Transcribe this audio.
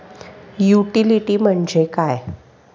Utility म्हणजे काय?